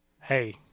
hey